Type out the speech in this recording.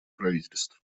правительств